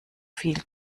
viel